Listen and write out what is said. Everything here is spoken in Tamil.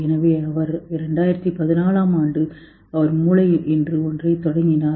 எனவே அவர் 2014 அவர் மூளை என்று ஒன்றைத் தொடங்கினார்